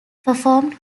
performed